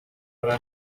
hora